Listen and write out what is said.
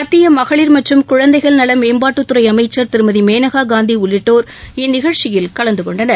மத்திய மகளிர் மற்றும் குழந்தைகள் மேம்பாட்டுத் துறை அமைச்சர் திருமதி மேனகா காந்தி உள்ளிட்டோர் இந்நிகழ்ச்சியில் கலந்து கொண்டனர்